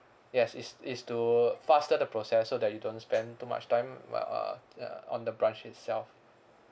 yes is is to faster the process so that you don't spend too much time uh uh uh on the branch itself